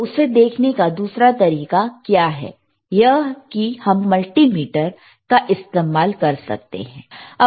तो उसे देखने का दूसरा तरीका क्या है यह कि हम मल्टीमीटर का इस्तेमाल कर सकते हैं